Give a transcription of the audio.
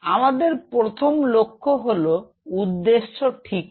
আমাদের প্রথম লক্ষ্য হলো উদ্দেশ্য ঠিক করা